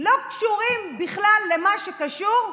לא קשורים בכלל למה שקשור,